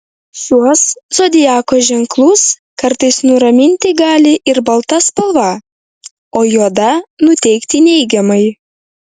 šiuos zodiako ženklus kartais nuraminti gali ir balta spalva o juoda nuteikti neigiamai